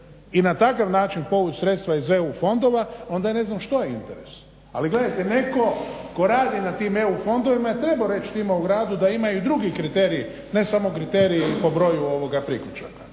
i na takav način povuč sredstva iz EU fondova, onda ne znam što je interes. Ali gledajte, netko tko radi na tim EU fondovima je trebao reći tima u gradu da imaju i drugi kriteriji ne samo kriteriji po broju priključaka.